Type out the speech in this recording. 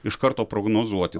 iš karto prognozuoti